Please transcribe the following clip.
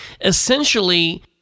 essentially